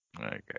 Okay